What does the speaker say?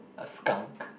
a skunk